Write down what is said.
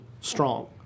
strong